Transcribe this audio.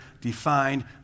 defined